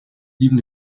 even